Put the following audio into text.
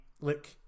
look